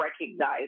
recognize